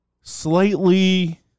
slightly